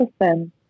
listen